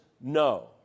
no